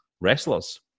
wrestlers